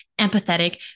empathetic